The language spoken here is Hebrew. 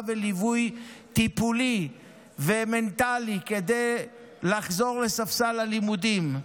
וליווי טיפולי ומנטלי עם החזרה לספסל הלימודים.